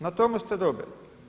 Na tomu ste dobili.